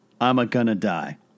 I'm-a-gonna-die